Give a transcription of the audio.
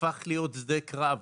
הפך להיות שדה קרב.